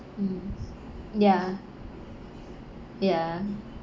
mm ya ya